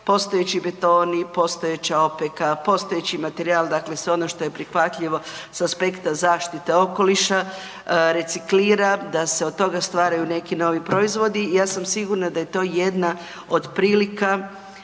postojeći betoni, postojeća opeka, postojeći materijal, dakle sve ono što je prihvatljivo s aspekta zaštite okoliša, reciklira, da se od toga stvaraju neki novi proizvodi. Ja sam sigurna da je to jedna od prilika